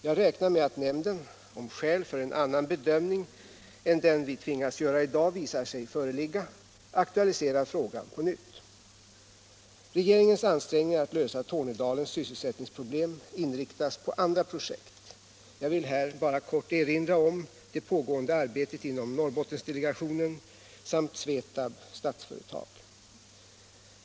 Jag räknar med att nämnden, om skäl för en annan bedömning än den vi tvingas göra i dag visar sig föreligga, aktualiserar frågan på nytt. Regeringens ansträngningar att lösa Tornedalens sysselsättningsproblem inriktas på andra projekt. Jag vill här bara kort erinra om det pågående arbetet inom Norrbottensdelegationen samt SVETAB/Statsföretag.